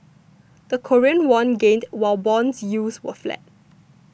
the Korean won gained while bond yields were flat